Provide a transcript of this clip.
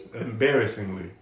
Embarrassingly